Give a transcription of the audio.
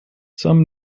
some